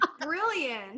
brilliant